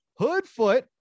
Hoodfoot